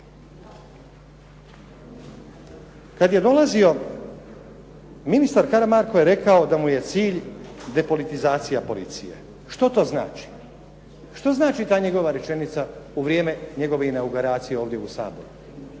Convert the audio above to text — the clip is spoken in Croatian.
Kada je dolazio ministar Karamarko je rekao da mu je cilj depolitizacija policije, što to znači? Što znači ta njegova rečenica u vrijeme njegovih …/Govornik se ne razumije./… ovdje u Saboru?